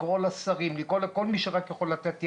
לקרוא לשרים ולכל מי שיכול לתת יד,